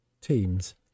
Teams